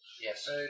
Yes